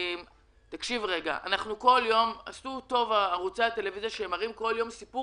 עשו טוב ערוצי טלוויזיה בכך שהם מראים כל יום סיפור